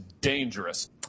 dangerous